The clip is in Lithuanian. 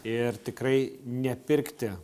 ir tikrai nepirkti